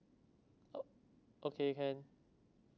o~ okay can